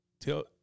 tell